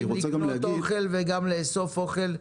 אתם גם יודעים לקנות אוכל וגם לאסוף אוכל.